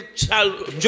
child